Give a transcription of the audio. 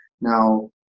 Now